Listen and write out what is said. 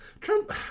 Trump